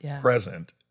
present